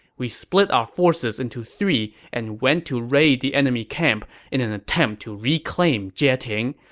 we split our forces into three and went to raid the enemy camp in an attempt to reclaim jieting.